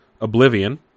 Oblivion